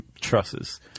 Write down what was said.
trusses